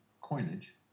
coinage